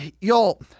Y'all